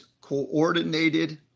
coordinated